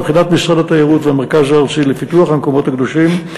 מבחינת משרד התיירות והמרכז הארצי לפיתוח המקומות הקדושים,